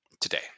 today